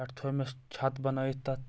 پٮ۪ٹھٕ تھوٚیمَس چھَت بَنٲیِتھ تَتھ